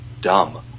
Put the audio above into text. dumb